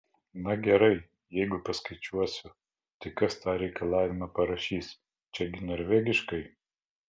na gerai jeigu paskaičiuosiu tai kas tą reikalavimą parašys čia gi norvegiškai